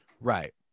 Right